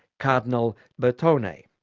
cardinal bertone.